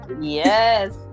Yes